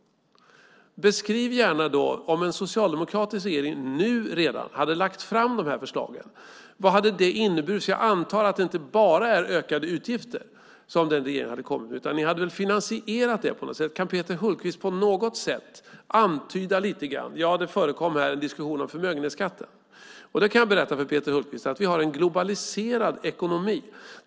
Beskriv gärna vad hade det inneburit om en socialdemokratisk regering redan hade lagt fram de här förslagen. Jag antar att det inte bara är ökade utgifter som den regeringen hade kommit med. Ni hade väl finansierat dem på något sätt. Kan Peter Hultqvist på något sätt antyda lite grann att det kanske förekommer en diskussion om förmögenhetsskatten. Jag kan berätta för Peter Hultqvist att vi har en globaliserad ekonomi.